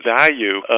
value